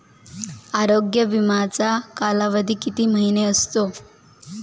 आरोग्य विमाचा कालावधी किती महिने असतो?